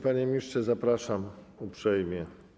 Panie ministrze, zapraszam uprzejmie.